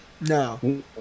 No